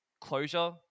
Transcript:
closure